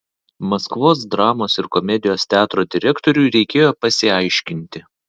maskvos dramos ir komedijos teatro direktoriui reikėjo pasiaiškinti